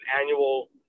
annual